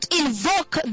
invoke